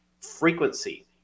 frequency